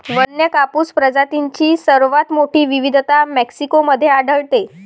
वन्य कापूस प्रजातींची सर्वात मोठी विविधता मेक्सिको मध्ये आढळते